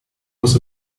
was